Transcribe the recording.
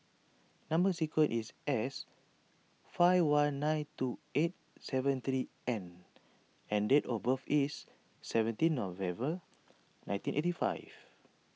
Number Sequence is S five one nine two eight seven three N and date of birth is seventeen November nineteen eighty five